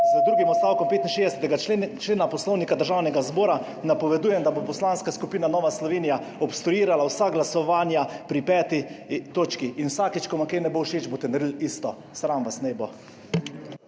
z drugim odstavkom 65. člena Poslovnika Državnega zbora napovedujem, da bo Poslanska skupina Nova Slovenija obstruirala vsa glasovanja pri 5. točki. In vsakič, ko vam kaj ne bo všeč, boste naredili isto. Sram vas naj bo.